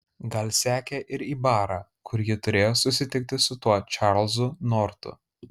gal sekė ir į barą kur ji turėjo susitikti su tuo čarlzu nortu